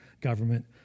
government